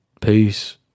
Peace